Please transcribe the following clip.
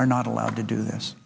are not allowed to do this